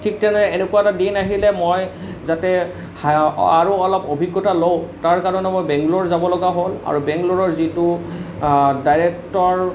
ঠিক তেনে এনেকুৱা এটা দিন আহিলে মই যাতে আৰু অলপ অভিজ্ঞতা লওঁ তাৰ কাৰণে মই বেংগল'ৰ যাব লগা হ'ল আৰু বেংগল'ৰৰ যিটো ডাইৰেক্টৰ